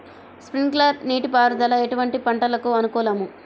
Sprinkler నీటిపారుదల ఎటువంటి పంటలకు అనుకూలము?